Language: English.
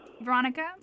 Veronica